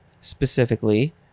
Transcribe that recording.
specifically